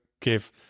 give